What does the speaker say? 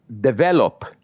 develop